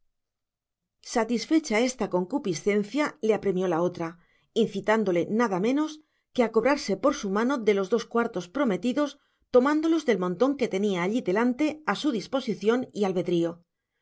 satisfecha esta concupiscencia le apremió la otra incitándole nada menos que a cobrarse por su mano de los dos cuartos prometidos tomándolos del montón que tenía allí delante a su disposición y albedrío